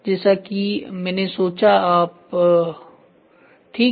जैसा कि मैंने सोचा आप ठीक है